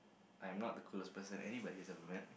I'm not the coolest person anybody has ever met